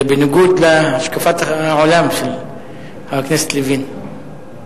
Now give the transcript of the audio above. זה בניגוד להשקפת העולם של חבר הכנסת לוין.